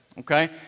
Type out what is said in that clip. Okay